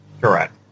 correct